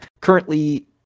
currently